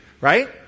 right